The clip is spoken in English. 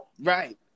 Right